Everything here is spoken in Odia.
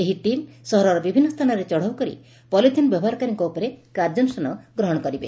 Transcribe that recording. ଏହି ଟିମ୍ ସହରର ବିଭିନ୍ନ ସ୍ଥାନରେ ଚଢ଼ଉ କରି ପଲିଥିନ୍ ବ୍ୟବହାରକାରୀଙ୍କ ଉପରେ କାର୍ଯ୍ୟାନୁଷ୍ଠାନ ଗ୍ରହଶ କରିବେ